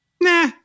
nah